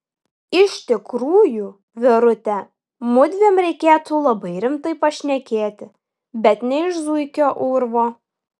iš tikrųjų verute mudviem reikėtų labai rimtai pašnekėti bet ne iš zuikio urvo